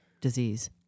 disease